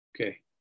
Okay